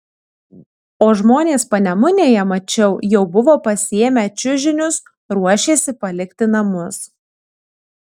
o žmonės panemunėje mačiau jau buvo pasiėmę čiužinius ruošėsi palikti namus